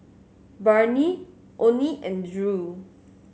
Barnie Onie and Drew